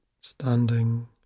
Standing